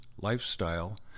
lifestyle